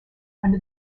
under